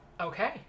Okay